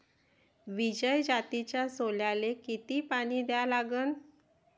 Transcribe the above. विजय जातीच्या सोल्याले किती पानी द्या लागन?